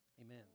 Amen